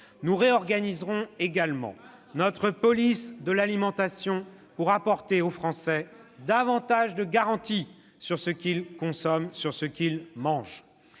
Nous réorganiserons également notre police de l'alimentation pour apporter aux Français davantage de garanties sur ce qu'ils consomment. « Nous avons